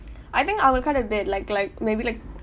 I think I will cut a bit like like maybe like